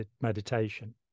meditation